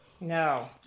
No